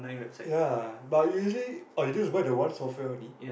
ya but you usually or you don't have to buy the one software only